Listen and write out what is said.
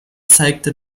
zeigte